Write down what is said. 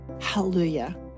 hallelujah